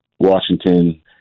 Washington